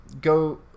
Go